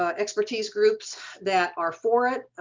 ah expertise groups that are for it.